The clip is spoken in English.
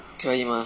mah